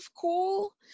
cool